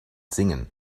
singen